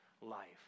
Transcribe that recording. life